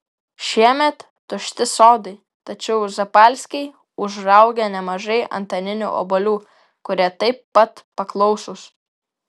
šiemet tušti sodai tačiau zapalskiai užraugė nemažai antaninių obuolių kurie taip pat paklausūs